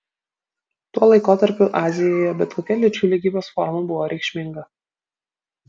tuo laikotarpiu azijoje bet kokia lyčių lygybės forma buvo reikšminga